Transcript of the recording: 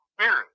spirit